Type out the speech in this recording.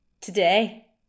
today